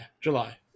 July